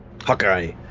Hawkeye